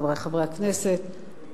חברי חברי הכנסת,